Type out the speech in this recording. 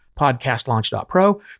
podcastlaunch.pro